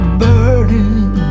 burning